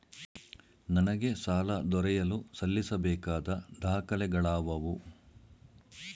ನನಗೆ ಸಾಲ ದೊರೆಯಲು ಸಲ್ಲಿಸಬೇಕಾದ ದಾಖಲೆಗಳಾವವು?